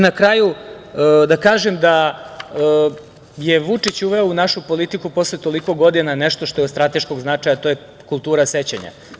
Na kraju, da kažem da je Vučić uveo u našu politiku posle toliko godina nešto što je od strateškog značaja, a to je kultura sećanja.